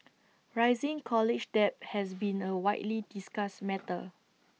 rising college debt has been A widely discussed matter